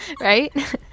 right